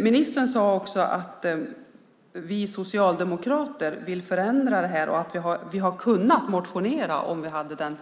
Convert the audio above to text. Ministern säger också att Socialdemokraterna vill förändra detta och att vi hade kunnat motionera om frågan